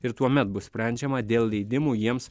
ir tuomet bus sprendžiama dėl leidimų jiems